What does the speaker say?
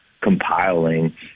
compiling